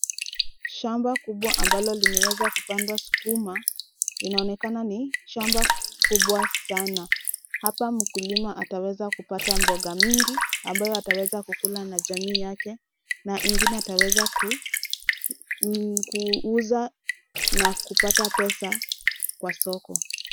Shamba kubwa ambalo limeweza kupandwa skuma. Inaonekana ni shamba kubwa sana. Hapa mkulima ataweza kupata mboga mingi ambayo ataweza kula na jamii yake na ingine ataweza kuuza na kupata pesa kwa soko.